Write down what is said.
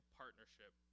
partnership